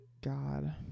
God